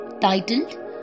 titled